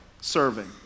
serving